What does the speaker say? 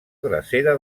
drecera